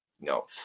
No